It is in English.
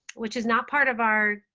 which is not part of our